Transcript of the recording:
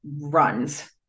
runs